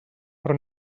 però